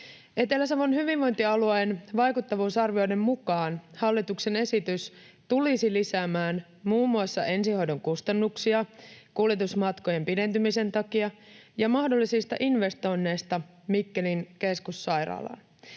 Etelä-Savon hyvinvointialueen vaikuttavuusarvioiden mukaan hallituksen esitys tulisi lisäämään muun muassa ensihoidon kustannuksia kuljetusmatkojen pidentymisen takia ja mahdollisista investoinneista Mikkelin keskussairaalaan.